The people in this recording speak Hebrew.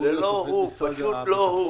זה פשוט לא הוא.